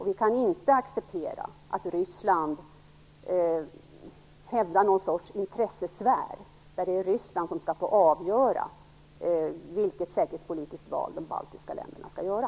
Vi kan inte acceptera att Ryssland hävdar någon sorts intressesfär, där det är Ryssland som skall få avgöra vilket säkerhetspolitiskt val de baltiska länderna skall göra.